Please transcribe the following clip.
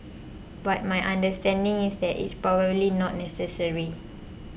but my understanding is that it's probably not necessary